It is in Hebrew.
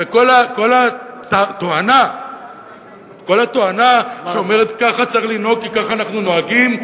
וכל הטענה שכך צריך לנהוג כי כך אנחנו נוהגים,